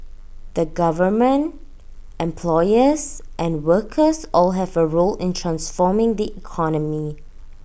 the government employers and workers all have A role in transforming the economy